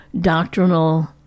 doctrinal